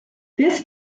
this